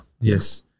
yes